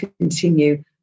continue